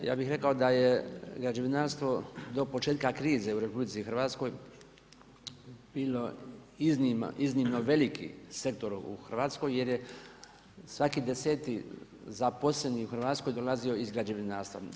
Ja bih rekao da je građevinarstvo do početka krize u RH bilo iznimno veliki sektor u Hrvatskoj jer je svaki deseti zaposleni u Hrvatskoj dolazio iz građevinarstva.